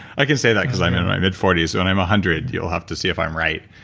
i can say that, because i'm in my mid forty s. when i'm a hundred, you'll have to see if i'm right